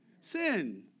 Sin